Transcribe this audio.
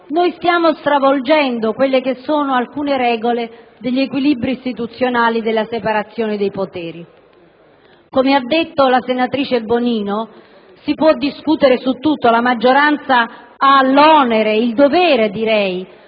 Stiamo stravolgendo alcune regole degli equilibri istituzionali della separazione dei poteri. Come ha detto la senatrice Bonino, si può discutere su tutto e la maggioranza ha l'onere - direi,